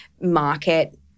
market